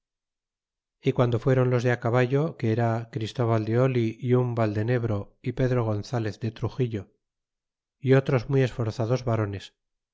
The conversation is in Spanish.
y guando fuéron los de á caballo que era christóbal de oh y un valdenebro y pedro gonzalez de truxillo y otros muy esforzados varones